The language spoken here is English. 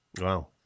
wow